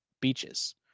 Beaches